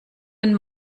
den